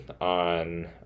on